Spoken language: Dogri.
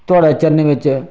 थुआढ़े चरणें बिच्च